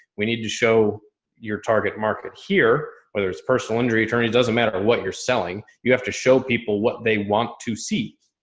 we need to show your target market here. whether it's a personal injury attorney, doesn't matter what you're selling. you have to show people what they want to see.